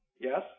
Yes